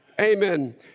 Amen